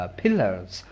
pillars